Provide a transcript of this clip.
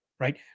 Right